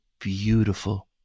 beautiful